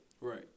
Right